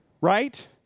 Right